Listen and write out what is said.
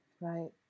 Right